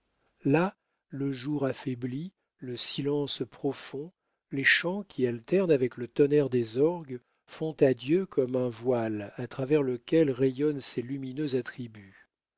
là le jour affaibli le silence profond les chants qui alternent avec le tonnerre des orgues font à dieu comme un voile à travers lequel rayonnent ses lumineux attributs